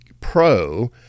pro